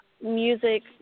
music